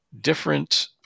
different